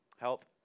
Help